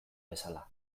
bezala